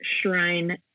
shrine